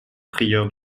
prieur